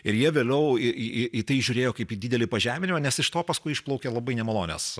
ir jie vėliau į į į tai žiūrėjo kaip į didelį pažeminimą nes iš to paskui išplaukė labai nemalonios